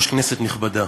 נכבדה,